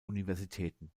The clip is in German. universitäten